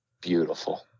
beautiful